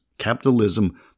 Capitalism